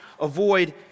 avoid